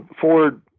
Ford